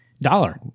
Dollar